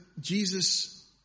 Jesus